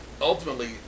ultimately